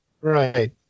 Right